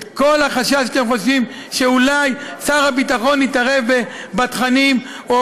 כל החשש שחוששים שאולי שר הביטחון יתערב בתכנים או